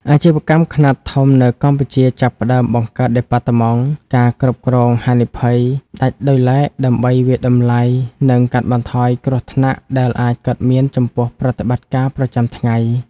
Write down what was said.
អាជីវកម្មខ្នាតធំនៅកម្ពុជាចាប់ផ្តើមបង្កើតដេប៉ាតឺម៉ង់ការគ្រប់គ្រងហានិភ័យដាច់ដោយឡែក ដើម្បីវាយតម្លៃ និងកាត់បន្ថយគ្រោះថ្នាក់ដែលអាចកើតមានចំពោះប្រតិបត្តិការប្រចាំថ្ងៃ។